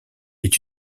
est